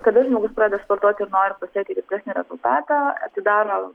kada žmogus pradeda sportuoti ir nori pasiekti greitesnį rezultatą atsidaro